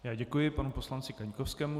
Já děkuji panu poslanci Kaňkovskému.